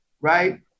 Right